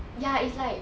ya it's like